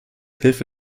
hilfe